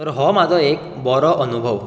तर हो म्हजो एक बरो अनुभव